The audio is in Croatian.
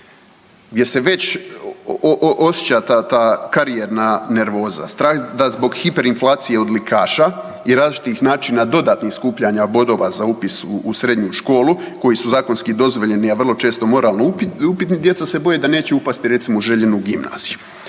gdje se već osjeća ta karijerna nervoza, strah da zbog hiperinflacije odlikaša i različitih načina dodatnih skupljanja bodova za upis u srednju školu koji su zakonski dozvoljeni, a vrlo često moralno upitni, djeca se boje da neće upasti, recimo, u željenu gimnaziju.